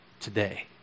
today